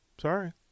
sorry